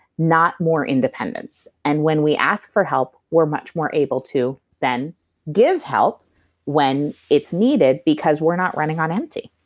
not more independence. and when we ask for help, we're much more able to then give help when it's needed because we're not running on empty